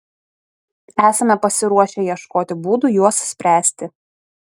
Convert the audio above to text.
esame pasiruošę ieškoti būdų juos spręsti